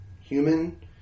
human